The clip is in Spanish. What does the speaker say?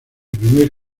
primer